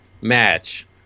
match